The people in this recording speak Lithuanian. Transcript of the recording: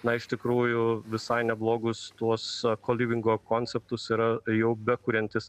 na iš tikrųjų visai neblogus tuos a kolivingo konceptus yra jau bekuriantis